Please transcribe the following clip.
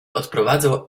odprowadzał